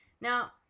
Now